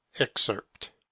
Excerpt